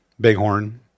bighorn